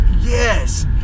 Yes